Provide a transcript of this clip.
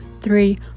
three